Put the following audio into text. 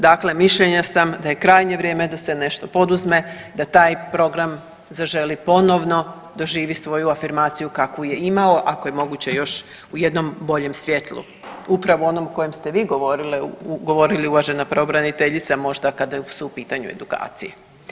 Dakle, mišljenja sam da je krajnje vrijeme da se nešto poduzme da taj program „Zaželi“ ponovno doživi svoju afirmaciju kakvu je imao, ako je moguće još u jednom boljem svjetlu, upravo u onom u kojem ste vi govorile, govorili uvažena pravobraniteljice možda kada su u pitanju edukacije.